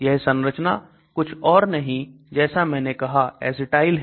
यह संरचना कुछ और नहीं जैसा मैंने कहा Acetyl है